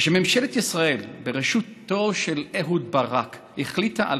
כשממשלת ישראל בראשותו של אהוד ברק החליטה על